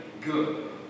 good